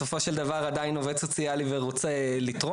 בסופו של דבר אני עדיין עובד סוציאלי ואני רוצה לתרום.